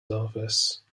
office